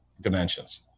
dimensions